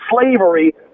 slavery